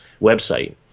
website